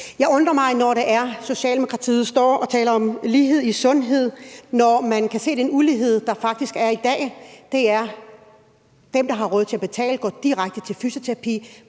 Jeg undrer mig, når Socialdemokratiet står og taler om lighed i sundhed, når man kan se, at der er en ulighed i dag, ved at dem, der har råd til at betale, går direkte til fysioterapi,